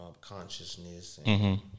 consciousness